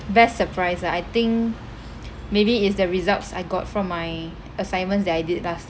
best surprise ah I think maybe is the results I got from my assignments that I did last